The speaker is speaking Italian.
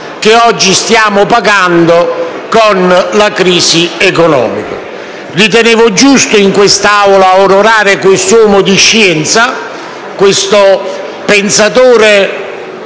che oggi stiamo pagando con la crisi economica. Ritenevo giusto onorare in questa Assemblea questo uomo di scienza, questo pensatore